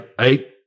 Eight